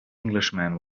englishman